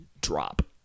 Drop